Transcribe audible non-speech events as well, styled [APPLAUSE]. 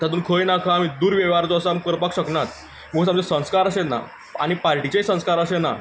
तातूंत खंय ना खंय आमी दुरवेव्हार जो आसा आमी करपाक शकनात [UNINTELLIGIBLE] आमचे संस्कार अशें नात आनी पार्टिचेय संस्कार अशें ना